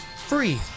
free